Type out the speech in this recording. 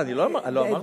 לא אמרתי?